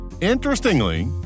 Interestingly